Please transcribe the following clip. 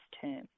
term